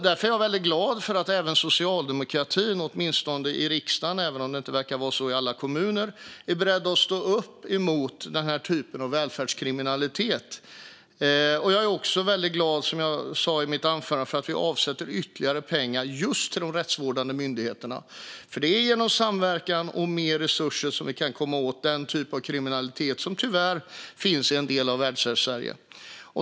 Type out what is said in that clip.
Därför är jag väldigt glad för att även socialdemokratin åtminstone i riksdagen - det verkar inte vara så i alla kommuner - är beredd att stå upp mot den här typen av välfärdskriminalitet. Jag är också väldigt glad, som jag sa i mitt anförande, för att vi avsätter ytterligare pengar till just de rättsvårdande myndigheterna, för det är genom samverkan och mer resurser vi kan komma åt den typ av kriminalitet som tyvärr finns i en del av Välfärdssverige.